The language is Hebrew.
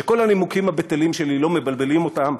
שכל הנימוקים הבטלים שלי לא מבלבלים אותם.